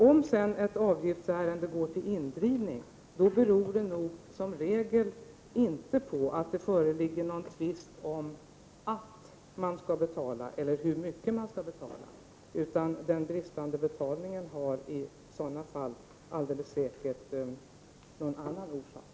Om sedan ett avgiftsärende går till indrivning, beror det nog som regel inte på att det föreligger någon tvist om att man skall betala eller hur mycket man skall betala, utan den uteblivna betalningen har i sådana fall alldeles säkert någon annan orsak.